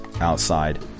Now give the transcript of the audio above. outside